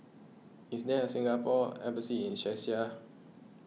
is there a Singapore Embassy in Czechia